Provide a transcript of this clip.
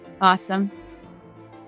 Awesome